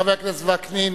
חבר הכנסת וקנין.